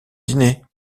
dîner